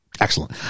Excellent